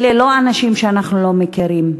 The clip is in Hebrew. אלה לא אנשים שאנחנו לא מכירים,